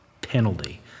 penalty